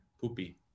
poopy